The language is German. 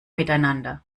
miteinander